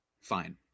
fine